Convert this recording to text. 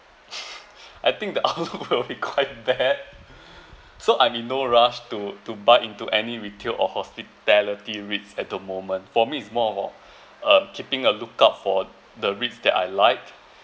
I think the outlook will be quite bad so I'm in no rush to to bite into any retail or hospitality REITs at the moment for me it's more of of uh keeping a lookout for the REITs that I like